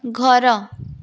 ଘର